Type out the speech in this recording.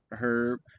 Herb